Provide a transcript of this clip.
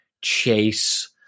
chase